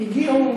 הגיעו